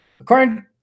According